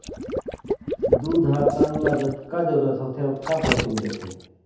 दूद ह तन ल जतका जरूरत होथे ओतका प्रोटीन देथे